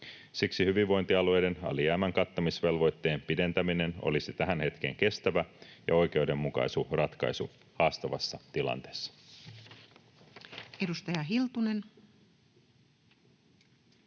Siksi hyvinvointialueiden alijäämän kattamisvelvoitteen pidentäminen olisi tähän hetkeen kestävä ja oikeudenmukainen ratkaisu haastavassa tilanteessa.